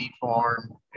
farm